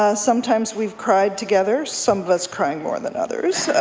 ah sometimes we've cried together, some of us crying more than others.